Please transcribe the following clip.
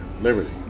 Liberty